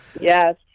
yes